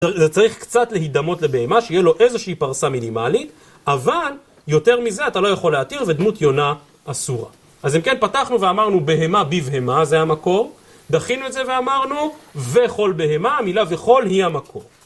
זה צריך קצת להידמות לבהמה, שיהיה לו איזושהי פרסה מינימלית, אבל, יותר מזה אתה לא יכול להתיר ודמות יונה אסורה. אז אם כן פתחנו ואמרנו בהמה, בבהמה זה המקור, דחינו את זה ואמרנו, וכל בהמה, המילה וכל היא המקור.